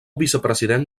vicepresident